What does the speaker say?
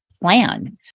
plan